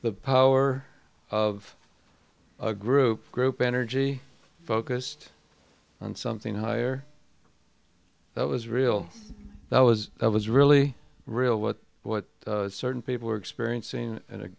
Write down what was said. the power of a group group energy focused on something higher that was real that was that was really real what what certain people were experiencing